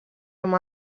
amb